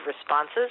responses